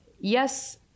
yes